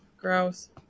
Gross